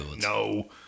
no